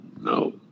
no